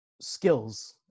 skills